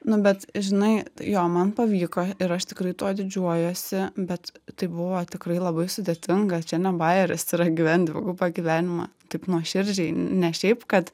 nu bet žinai jo man pavyko ir aš tikrai tuo didžiuojuosi bet tai buvo tikrai labai sudėtinga čia ne bajeris yra gyvent dvigubą gyvenimą taip nuoširdžiai ne šiaip kad